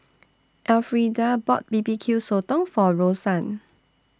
Elfrieda bought B B Q Sotong For Rosann